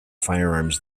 firearms